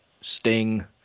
Sting